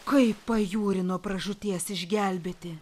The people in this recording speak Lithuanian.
kaip pajūry nuo pražūties išgelbėti